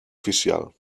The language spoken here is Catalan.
oficial